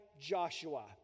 joshua